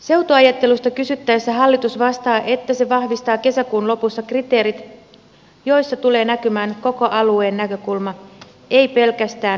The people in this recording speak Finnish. seutuajattelusta kysyttäessä hallitus vastaa että se vahvistaa kesäkuun lopussa kriteerit joissa tulee näkymään koko alueen näkökulma ei pelkästään yhden kunnan